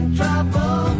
trouble